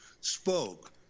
spoke